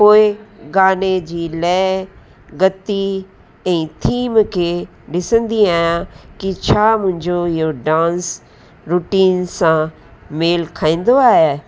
पोइ गाने जी लइ गति ऐं थीम खे ॾिसंदी आहियां कि छा मुंहिंजो इहो डांस रुटीन सां मेल खाईंदो आहे